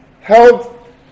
held